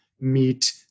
meet